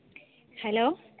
hello